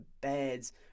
beds